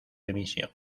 emisión